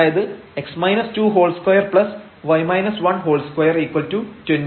അതായത് 22 20